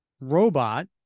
robot